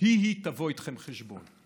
היא-היא תבוא איתכם חשבון,